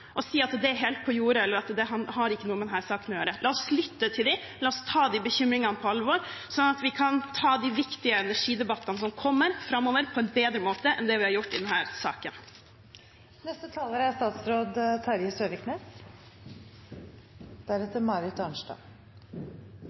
og si at det er helt på jordet eller at det har ikke noe med denne saken å gjøre. La oss lytte til dem. La oss ta de bekymringene på alvor, sånn at vi kan ta de viktige energidebattene som kommer framover, på en bedre måte enn det vi har gjort i denne saken. La meg innledningsvis bare få respondere på siste talers innlegg. Jeg er